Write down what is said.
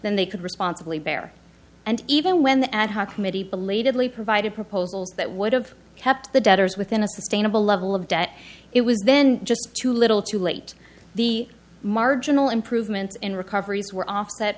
than they could responsibly bear and even when the ad hoc committee belatedly provided proposals that would have kept the debtors within a sustainable level of debt it was then just too little too late the marginal improvements in recoveries were off